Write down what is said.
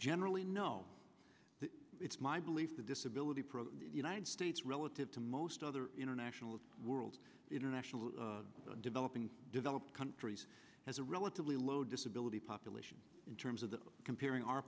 generally no it's my belief the disability program united states relative to most other international world internationally developing developed countries has a relatively low disability population in terms of the comparing our